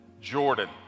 Jordan